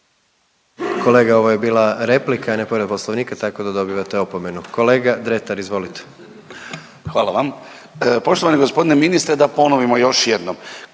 Kolega, ovo je bila replika, a ne povreda Poslovnika, tako da dobivate opomenu. Kolega Dretar, izvolite. **Dretar, Davor (DP)** Hvala vam. Poštovani g. ministre, da ponovimo još jednom,